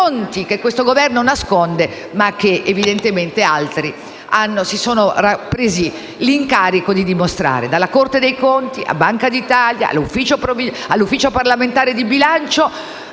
che questo Governo nasconde ma che, evidentemente, altri si sono presi l'incarico di dimostrare: dalla Corte dei conti alla Banca d'Italia, all'Ufficio parlamentare di bilancio.